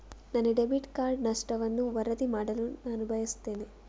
ನನ್ನ debit card ನಷ್ಟವನ್ನು ವರದಿ ಮಾಡಲು ನಾನು ಬಯಸ್ತೆನೆ